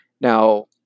Now